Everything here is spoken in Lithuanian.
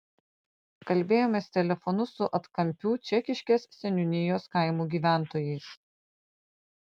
kalbėjomės telefonu su atkampių čekiškės seniūnijos kaimų gyventojais